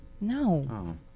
No